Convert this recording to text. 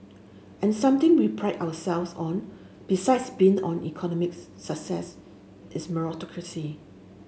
and something we pride ourselves on besides being an economics success is